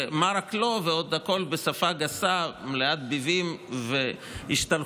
ועוד הכול בשפה גסה, מלאת ביבים והשתלחויות.